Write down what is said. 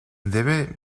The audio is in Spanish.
debe